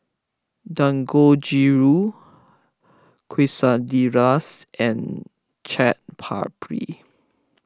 Dangojiru Quesadillas and Chaat Papri